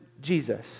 Jesus